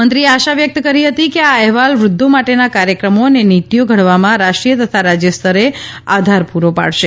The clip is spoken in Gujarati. મંત્રીએ આશા વ્યક્ત કરી હતી કે આ અહેવાલ વૃધ્ધો માટેના કાર્યક્રમો અને નીતિઓ ઘડવામાં રાષ્ટ્રીય તથા રાજ્ય સ્તરે આધાર પૂરો પાડશે